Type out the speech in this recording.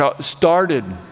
started